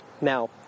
Now